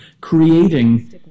creating